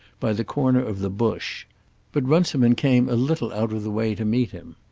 by the corner of the bush but runciman came a little out of the way to meet him.